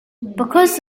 because